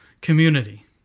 community